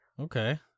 Okay